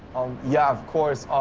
yeah, of course.